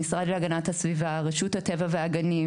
המשרד להגנת הסביבה ורשות הטבע והגנים